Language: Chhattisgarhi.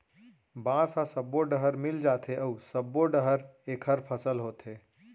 बांस ह सब्बो डहर मिल जाथे अउ सब्बो डहर एखर फसल होथे